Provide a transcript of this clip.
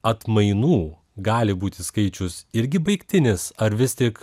atmainų gali būti skaičius irgi baigtinis ar vis tik